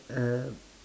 uh